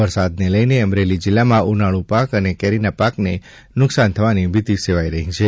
વરસાદને લઇને અમરેલી જિલ્લામાં ઉનાળ્ પાક અને કેરીના પાકને નુકસાન જવાની ભીતિ સેવાઇ રહી છે